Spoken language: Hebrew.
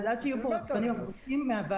אז עד שיהיו פה רחפנים אנחנו מבקשים מהוועדה